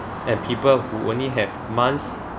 and people who only have months